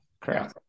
correct